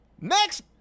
Next